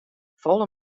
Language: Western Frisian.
folle